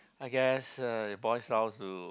I guess uh it boils down to